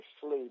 sleep